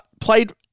played